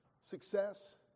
success